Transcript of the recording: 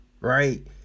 right